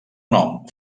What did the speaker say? nom